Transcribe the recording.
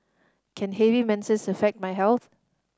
can heavy menses affect my health